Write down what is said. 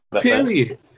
Period